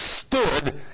stood